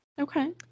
Okay